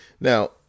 Now